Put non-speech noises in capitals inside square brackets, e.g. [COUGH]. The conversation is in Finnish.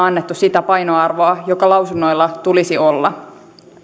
[UNINTELLIGIBLE] annettu sitä painoarvoa joka lausunnoilla tulisi olla